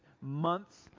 months